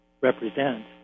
represent